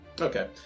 Okay